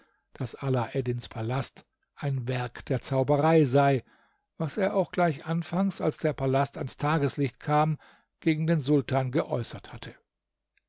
daß alaeddins palast ein werk der zauberei sei was er auch gleich anfangs als der palast ans tageslicht kam gegen den sultan geäußert hatte